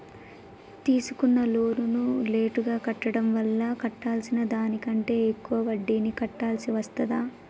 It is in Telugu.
తీసుకున్న లోనును లేటుగా కట్టడం వల్ల కట్టాల్సిన దానికంటే ఎక్కువ వడ్డీని కట్టాల్సి వస్తదా?